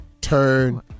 Turn